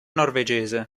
norvegese